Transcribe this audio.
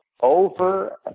over